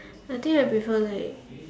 I think I prefer like